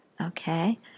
Okay